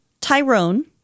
Tyrone